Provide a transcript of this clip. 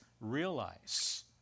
realize